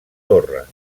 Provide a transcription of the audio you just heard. torres